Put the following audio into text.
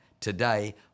today